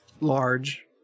large